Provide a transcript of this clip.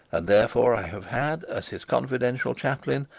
and therefore i have had, as his confidential chaplain,